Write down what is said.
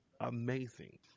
amazing